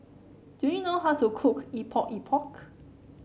do you know how to cook Epok Epok